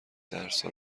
درسا